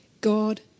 God